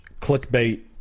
clickbait